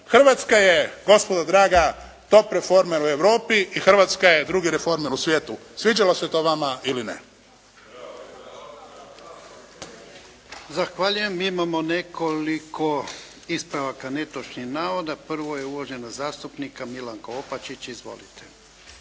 Hrvatska je, gospodo draga, top reforme u Europi i Hrvatska je druga reforme u svijetu sviđalo se to vama ili ne. **Jarnjak, Ivan (HDZ)** Zahvaljujem. Mi imamo nekoliko ispravaka netočnih navoda. Prva je uvažena zastupnica Milanka Opačić. Izvolite.